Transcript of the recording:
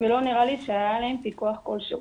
ולא נראה לי שהיה להם פיקוח כלשהו.